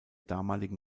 damaligen